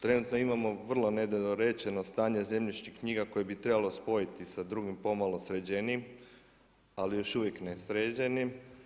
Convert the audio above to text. Trenutno imamo vrlo nedorečeno stanje zemljišnih knjiga koje bi trebalo spojiti sa drugim pomalo sređenijim, ali još uvijek nesređenim.